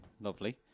Lovely